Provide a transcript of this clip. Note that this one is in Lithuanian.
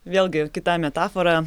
vėlgi kita metafora